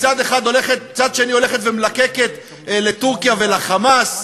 ומצד שני הולכת ומלקקת לטורקיה ול"חמאס".